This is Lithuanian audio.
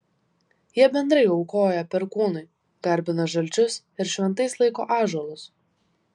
jie bendrai aukoja perkūnui garbina žalčius ir šventais laiko ąžuolus